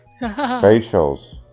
Facials